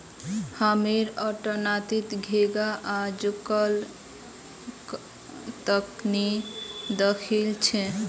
हामी अट्टनता घोंघा आइज तक नी दखिल छि